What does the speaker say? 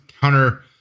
counter